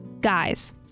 Guys